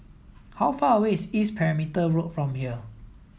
how far away is East Perimeter Road from here